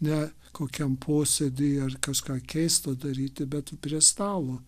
ne kokiam posėdy ar kažką keisto daryti bet prie stalo